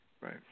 Right